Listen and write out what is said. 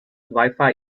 wifi